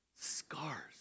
Scars